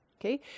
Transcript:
okay